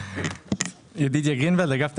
(הצגת מצגת) ידידיה גרינוולד, אגף תקציבים.